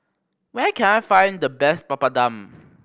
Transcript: where can I find the best Papadum